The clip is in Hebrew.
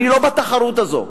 אני לא בתחרות הזאת.